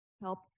help